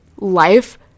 life